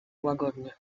łagodnie